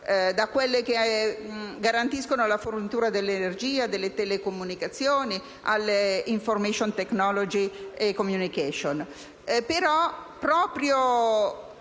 da quelle che garantiscono la fornitura dell'energia e delle telecomunicazioni alle *information technology* e *communication*.